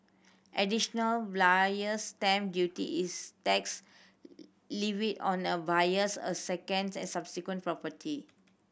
Additional Buyer's Stamp Duty is tax levied on a buyer's a second and subsequent property